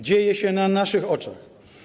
Dzieje się na naszych oczach.